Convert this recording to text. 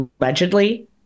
allegedly